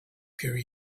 carry